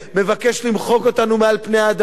מבקש למחות אותנו מעל פני האדמה.